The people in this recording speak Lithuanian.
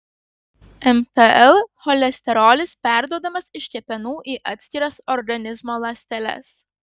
mtl cholesterolis perduodamas iš kepenų į atskiras organizmo ląsteles